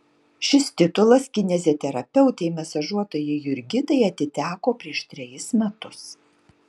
šis titulas kineziterapeutei masažuotojai jurgitai atiteko prieš trejus metus